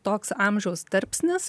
toks amžiaus tarpsnis